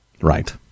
Right